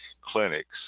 clinics